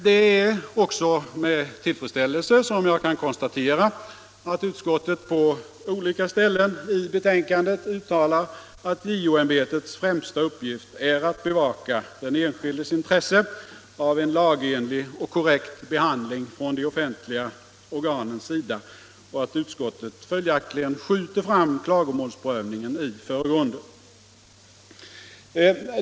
Det är också med tillfredsställelse jag kan konstatera att utskottet på olika ställen i betänkandet uttalar att JO-ämbetets främsta uppgift är att bevaka den enskildes intresse av en lagenlig och korrekt behandling från de offentliga organens sida och att utskottet följaktligen skjuter fram klagomålsprövningen i förgrunden.